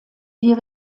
wir